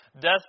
Death